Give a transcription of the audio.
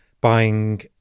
buying